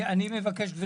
אני מבקש, גברתי.